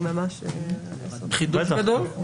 חידוש גדול.